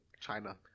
China